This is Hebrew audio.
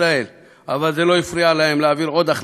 אבל זה לא הפריע להם להעביר עוד החלטה כזאת.